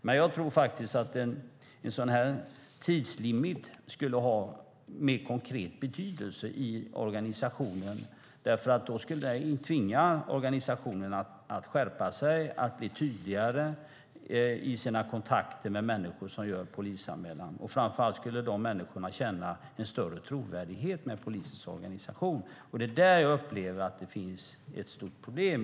Men jag tror faktiskt att en sådan här tidslimit skulle ha mer konkret betydelse i organisationen, därför att då skulle organisationerna tvingas att skärpa sig, att bli tydligare i sina kontakter med människor som gör polisanmälan. Framför allt skulle de människorna känna en större tillit till polisens organisation. Det är där jag upplever att det finns ett stort problem.